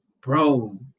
bro